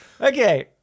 Okay